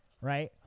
right